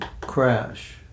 crash